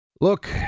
Look